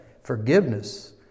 forgiveness